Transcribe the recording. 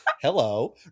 hello